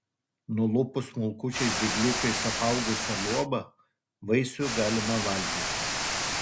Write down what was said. nulupus smulkučiais dygliukais apaugusią luobą vaisių galima valgyti